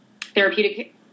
therapeutic